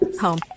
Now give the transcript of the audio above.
Home